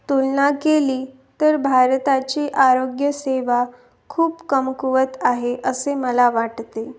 तुलना केली तर भारताची आरोग्यसेवा खूप कमकुवत आहे असे मला वाटते